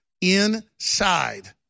inside